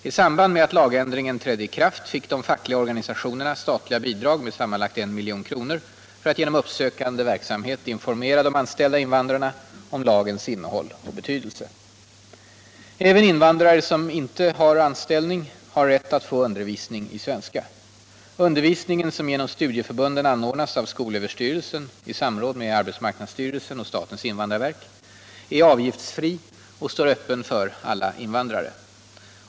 I samband med att lagändringen trädde i kraft fick de fackliga organisationerna statliga bidrag med sammanlagt 1 milj.kr. för att genom uppsökande verksamhet informera de anställda invandrarna om lagens innehåll och betydelse. Även invandrare som inte har anställning har rätt att få undervisning i svenska. Undervisningen, som genom studieförbunden anordnas av skolöverstyrelsen i samråd med arbetsmarknadsstyrelsen och statens invandrarverk, är avgiftsfri och står öppen för alla invandrare.